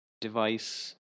device